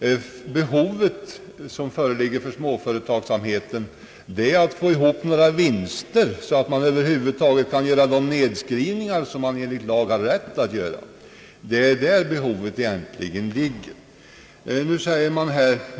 Det behov som föreligger för småföretagsamheten är närmast att få ihop sådana vinster så att de över huvud taget kan göra de nedskrivningar som man enligt lag har rätt att göra — det är alltså på den punkten som behovet egentligen föreligger.